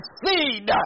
seed